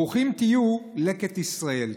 ברוכים תהיו, לקט ישראל.